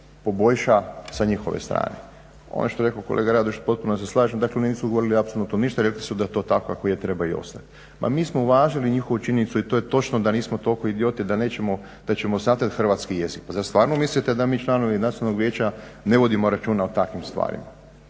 poboljša sa njihove strane. Ono što je rekao kolega Radoš potpuno se slažem. Dakle, oni nisu govorili apsolutno ništa. Rekli su da to tako kako je treba i ostati. Ma mi smo uvažili njihovu činjenicu i to je točno da nismo toliko idioti da nećemo, da ćemo zatrti hrvatski jezik. Pa zar stvarno mislite da mi članovi Nacionalnog vijeća ne vodimo računa o takvim stvarima?